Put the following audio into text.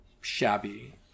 shabby